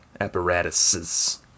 Apparatuses